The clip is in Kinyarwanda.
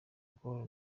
gor